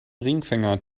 ringfinger